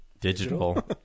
digital